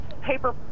paper